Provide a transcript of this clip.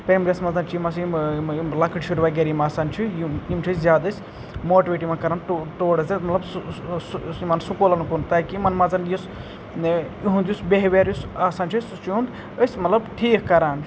primary یَس منٛزَ چھِ یِم ہَسا چھِ یِم یِم لۄکٕٹۍ شُرۍ وغیرہ یِم آسَان چھِ یِم یِم چھِ أسۍ زیادٕ ماٹویٹ یِمَن کَران ٹو ٹُوٲڑٕز مطلب سُہ سکوٗلَن کُن تاکہ یِمَن منٛزَ یُس یِہُنٛد یُس بِہیویر یُس آسَان چھِ سُہ چھِ یِہُنٛد أسۍ مطلب ٹھیٖک کَران